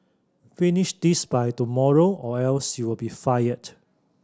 finish this by tomorrow or else you'll be fired